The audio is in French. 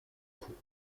cour